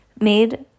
made